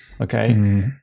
Okay